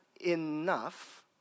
enough